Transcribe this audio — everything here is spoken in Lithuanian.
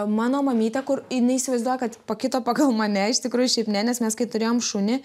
mano mamyte kur jinai įsivaizduoja kad pakito pagal mane iš tikrųjų šiaip ne nes mes kai turėjom šunį